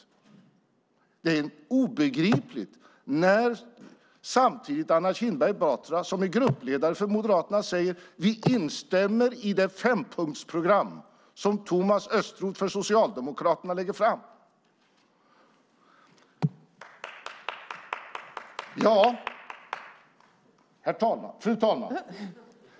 Det är obegripligt när Anna Kinberg Batra, som är gruppledare för Moderaterna, samtidigt säger att de instämmer i det fempunktsprogram som Thomas Östros för Socialdemokraterna lägger fram. Fru talman!